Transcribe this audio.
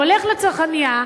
הולך לצרכנייה,